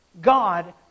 God